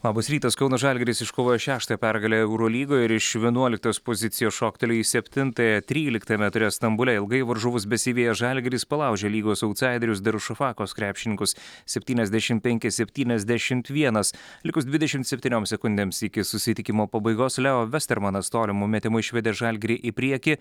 labas rytas kauno žalgiris iškovojo šeštąją pergalę eurolygoje ir iš vienuoliktos pozicijos šoktelėjo į septintąją tryliktame ture stambule ilgai varžovus besivijęs žalgiris palaužė lygos autsaiderius darušafakos krepšininkus septyniasdešim penki septyniasdešimt vienas likus dvidešimt septynioms sekundėms iki susitikimo pabaigos leo vestermanas tolimu metimu išvedė žalgirį į priekį